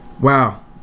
Wow